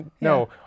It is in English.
no